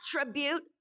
attribute